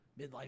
Midlife